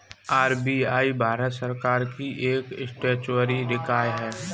RBI Bharat सरकार की एक स्टेचुअरी निकाय है